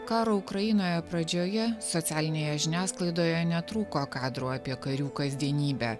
karo ukrainoje pradžioje socialinėje žiniasklaidoje netrūko kadrų apie karių kasdienybę